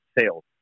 sales